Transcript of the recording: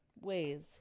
ways